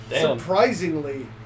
Surprisingly